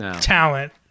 talent